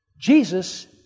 Jesus